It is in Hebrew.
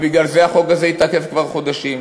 ובגלל זה החוק הזה התעכב כבר חודשים,